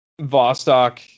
Vostok